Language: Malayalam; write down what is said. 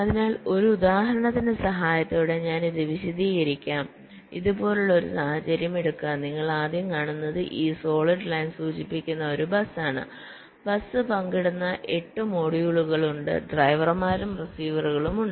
അതിനാൽ ഒരു ഉദാഹരണത്തിന്റെ സഹായത്തോടെ ഞാൻ ഇത് വിശദീകരിക്കാം ഇതുപോലുള്ള ഒരു സാഹചര്യം എടുക്കുക നിങ്ങൾ ആദ്യം കാണുന്നത് ഈ സോളിഡ് ലൈൻ സൂചിപ്പിക്കുന്ന ഒരു ബസ് ആണ് ബസ് പങ്കിടുന്ന 8 മൊഡ്യൂളുകൾ ഉണ്ട് ഡ്രൈവർമാരും റിസീവറുകളും ഉണ്ട്